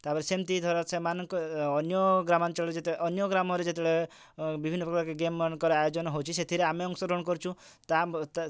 ତା'ପରେ ସେମିତି ଧର ସେମାନଙ୍କୁ ଅନ୍ୟ ଗ୍ରାମଅଞ୍ଚଳରେ ଯେତେ ଅନ୍ୟ ଗ୍ରାମରେ ଯେତେବେଳେ ବିଭିନ୍ନ ପ୍ରକାର ଗେମ୍ ମାନଙ୍କର ଆୟୋଜନ ହେଉଛି ସେଥିରେ ଆମେ ଅଂଶ ଗ୍ରହଣ କରୁଛୁ ତା ତା